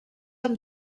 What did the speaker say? amb